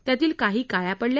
त्यातील काही काळ्या पडल्या